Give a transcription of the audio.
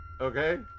Okay